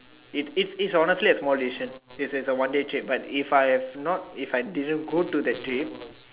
it it's it's honestly a small decision it is a one day trip but if I have not if I didn't go to that trip